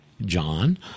John